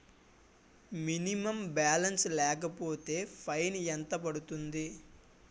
Minimum balance లేకపోతే fine ఎంత పడుతుంది?